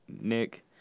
Nick